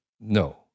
no